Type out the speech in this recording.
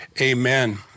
Amen